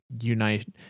unite